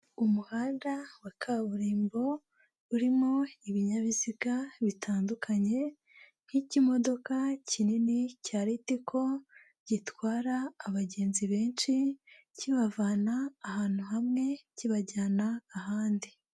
Umuhanda wa kaburimbo, urimo ibinyabiziga bitandukanye nk'ikimodoka kinini cyaLTCO, gitwara abagenzi benshi, kibavana ahantu hamwe, kibajyana ahandi.